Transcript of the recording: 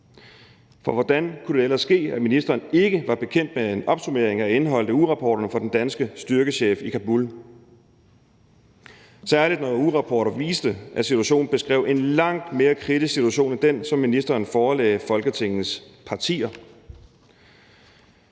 For hvordan kunne det ellers ske, at ministeren ikke var bekendt med en opsummering af indholdet i ugerapporterne fra den danske styrkechef i Kabul, særlig når ugerapporterne viste, at situationen beskrev en langt mere kritisk situation end den, ministeren forelagde Folketingets partier?